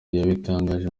yabitangaje